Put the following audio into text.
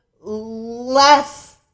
less